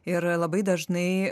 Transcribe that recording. ir labai dažnai